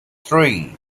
three